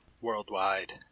worldwide